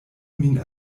min